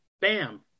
bam